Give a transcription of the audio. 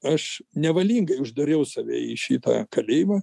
aš nevalingai uždariau save į šitą kalėjimą